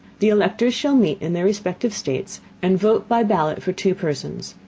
the electors shall meet in their respective states, and vote by ballot for two persons,